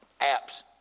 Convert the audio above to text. apps